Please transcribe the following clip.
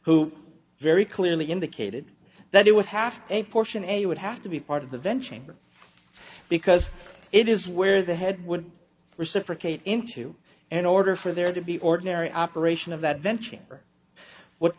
who very clearly indicated that it would have a portion a would have to be part of the venture because it is where the head would reciprocate into an order for there to be ordinary operation of that venture or what